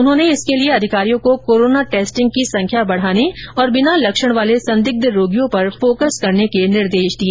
उन्होंने इसके लिए अधिकारियों को कोरोना टेस्टिंग की संख्या बढ़ाने तथा बिना लक्षण वाले संदिग्ध रोगियों पर फोकस करने के निर्देश दिए